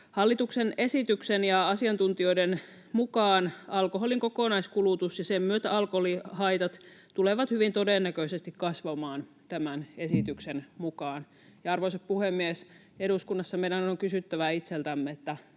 Hallituksen esityksen ja asiantuntijoiden mukaan alkoholin kokonaiskulutus ja sen myötä alkoholihaitat tulevat hyvin todennäköisesti kasvamaan tämän esityksen mukaan. Arvoisa puhemies, eduskunnassa meidän on kysyttävä itseltämme,